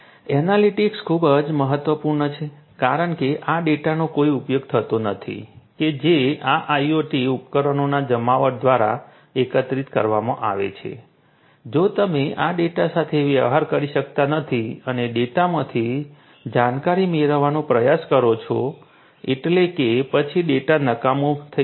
analytics ખૂબ જ મહત્વપૂર્ણ છે કારણ કે આ ડેટાનો કોઈ ઉપયોગ થતો નથી કે જે આ IoT ઉપકરણોના જમાવટ દ્વારા એકત્રિત કરવામાં આવે છે જો તમે આ ડેટા સાથે વ્યવહાર કરી શકતા નથી અને ડેટામાંથી જાણકારી મેળવવાનો પ્રયાસ કરો છો એટલે કે પછી આ ડેટા નકામો થઈ જશે